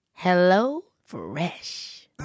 HelloFresh